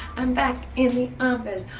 i'm back in the office,